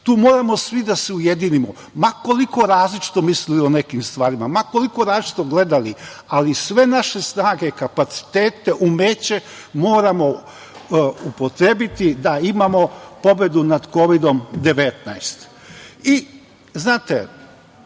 Tu moramo svi da se ujedinimo, ma koliko različito mislili o nekim stvarima, ma koliko različito gledali. Ali, sve naše snage, kapacitete, umeće, moramo upotrebiti da imamo pobedu nad Kovidom – 19.Znate,